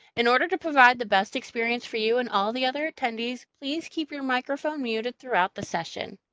in order to provide the best experience for you and all the other attendees, please keep your microphone muted throughout the session.